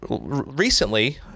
recently